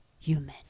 Human